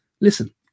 Listen